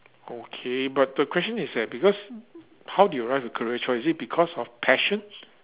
okay but the question is that because how did you arrive at your career choice is it because of passion